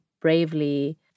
bravely